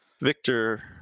Victor